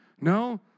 No